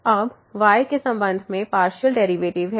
अब y के संबंध में पार्शियल डेरिवेटिव है